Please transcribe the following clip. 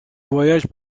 voyage